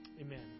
Amen